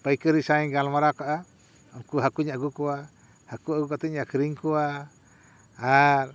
ᱯᱟᱹᱭᱠᱟᱹᱨᱤ ᱥᱟᱶᱤᱧ ᱜᱟᱞᱢᱟᱨᱟᱣ ᱠᱟᱜᱼᱟ ᱩᱱᱠᱩ ᱦᱟᱠᱳᱧ ᱟᱹᱜᱩ ᱠᱚᱣᱟ ᱦᱟᱠᱳ ᱟᱹᱜᱩ ᱠᱟᱛᱮᱧ ᱟᱹᱠᱷᱨᱤᱧ ᱠᱚᱣᱟ ᱟᱨ